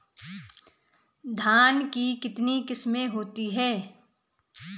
धान की कितनी किस्में होती हैं?